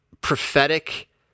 prophetic